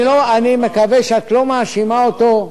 אני מקווה שאת לא מאשימה אותו,